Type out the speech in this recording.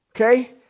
Okay